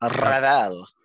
Revel